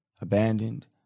abandoned